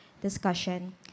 discussion